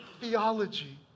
theology